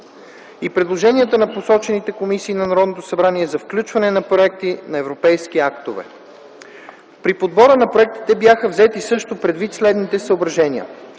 и предложенията на постоянните комисии на Народното събрание за включване на проекти на европейски актове. При подбора на проектите бяха взети също предвид следните съображения.